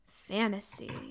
fantasy